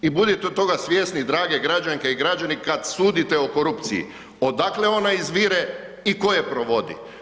I budite toga svjesni drage građanke i građani kad sudite o korupciji, odakle ona izvire i tko je provodi.